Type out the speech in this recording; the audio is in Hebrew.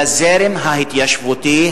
לזרם ההתיישבותי,